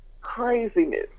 craziness